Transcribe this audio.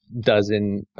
Dozen